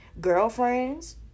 Girlfriends